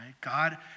God